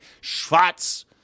Schwarz